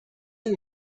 این